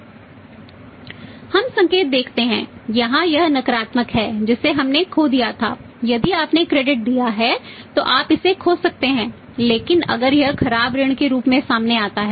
हम संकेत देखते हैं यहां यह नकारात्मक है जिसे हमने खो दिया था यदि आपने क्रेडिट दिया है तो आप इसे खो सकते हैं लेकिन अगर यह खराब ऋण के रूप में सामने आता है